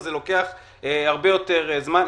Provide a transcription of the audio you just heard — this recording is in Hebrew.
זה לוקח הרבה יותר זמן.